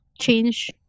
change